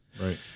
Right